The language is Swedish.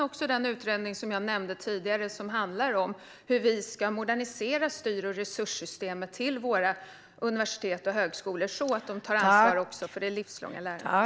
Och den utredning som jag nämnde tidigare handlar om hur vi ska modernisera styr och resurssystemet till våra universitet och högskolor så att de tar ansvar för det livslånga lärandet.